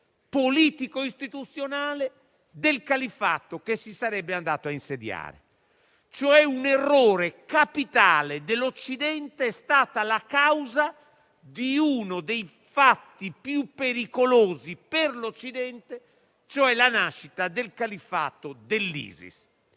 politico-istituzionale del califfato che si sarebbe andato a insediare. Un errore capitale dell'Occidente è stato la causa di uno dei fatti più pericolosi per l'Occidente, e cioè la nascita del califfato dell'ISIS.